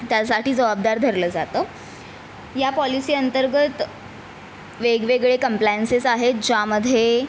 त्यासाठी जबाबदार धरलं जातं या पॉलिसीअंतर्गत वेगवेगळे कम्प्लायन्सेस आहेत ज्यामध्ये